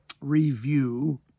review